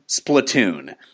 Splatoon